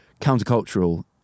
countercultural